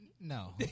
No